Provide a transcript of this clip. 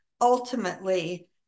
ultimately